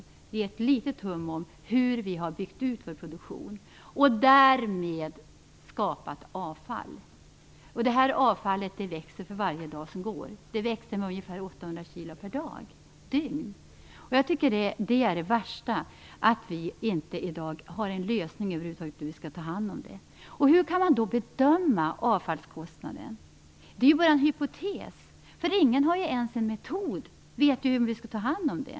Det ger ett litet hum om hur vi har byggt ut vår produktion och därmed skapat avfall. Avfallet ökar för varje dag som går. Det ökar med ungefär 800 kilo per dygn. Jag tycker att det värsta är att vi i dag inte har en lösning av hur vi skall ta hand om det. Hur kan man då bedöma avfallskostnaden? Det blir ju bara en hypotes. Ingen har ju någon metod för hur vi skall ta hand om det.